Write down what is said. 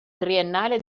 triennale